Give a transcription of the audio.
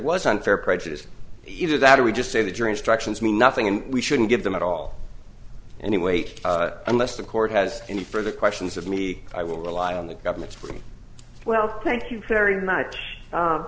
was unfair prejudice either that or we just say the jury instructions mean nothing and we shouldn't give them at all any weight unless the court has any further questions of me i will rely on the government's pretty well thank you very much